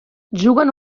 juguen